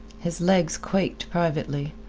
his legs quaked privately.